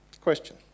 Question